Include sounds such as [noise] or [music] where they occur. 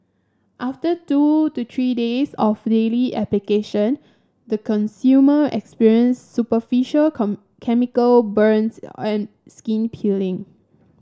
after two to three days of daily application the consumer experienced superficial [unintelligible] chemical burns and skin peeling